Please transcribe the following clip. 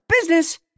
business